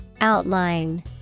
Outline